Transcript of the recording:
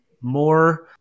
more